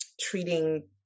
treating